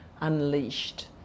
unleashed